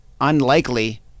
unlikely